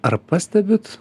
ar pastebit